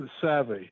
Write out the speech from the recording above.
savvy